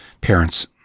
parents